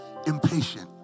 Impatient